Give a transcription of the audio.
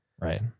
Right